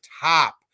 top